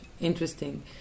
interesting